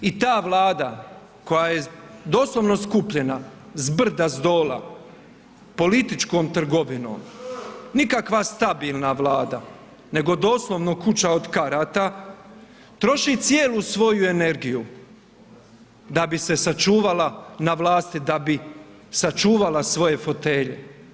I ta Vlada koja je doslovno skupljena zbrda-zdola, političkom trgovinom, nikakva stabilna Vlada nego doslovno kuća od karata, troši cijelu svoju energiju da bi se sačuvala na vlasti, da bi sačuvala svoje fotelje.